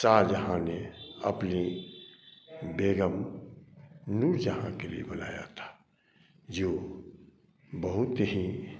शाहजहाँ ने अपनी बेगम नूरजहाँ के लिए बनवाया था जो बहुत ही